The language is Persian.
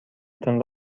تان